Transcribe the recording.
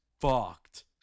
fucked